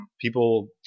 people